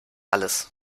alles